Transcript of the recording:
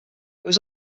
was